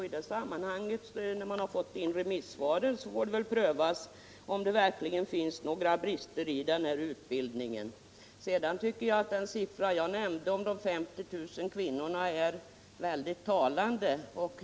Det får väl prövas när man har fått in remissvaren om det verkligen finns några brister i utbildningen. Jag tycker att den siffra jag nämnde, om de 50 000 kvinnorna, är mycket talande.